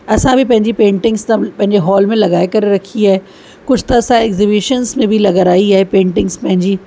असां बि पंहिंजी पेंटिंग्स पंहिंजे हॉल में लॻाए करे रखी आहे कुझ त असां एग्ज़िबिशन्स में बि लॻाराई आहे पेंटिंग्स पंहिंजी